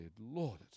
Lord